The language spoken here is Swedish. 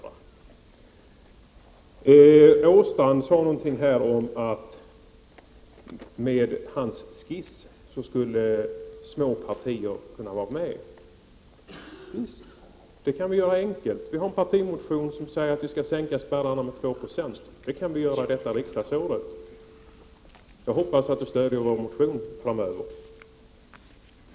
Göran Åstrand sade någonting om att med hans skiss skulle små partier vara med. Visst! Det kan vi lätt åstadkomma. Vi har en partimotion där vi förslår att vi skall sänka spärrarna med 2 96. Det kan vi genomföra detta riksdagsår. Jag hoppas att Göran Åstrand stöder vår motion när den kommer upp till behandling.